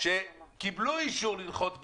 שקיבלו אישור לנחות בארץ,